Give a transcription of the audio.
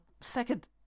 second